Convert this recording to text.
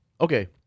Okay